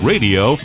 Radio